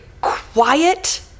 quiet